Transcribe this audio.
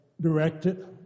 directed